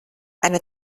eine